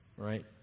Right